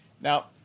now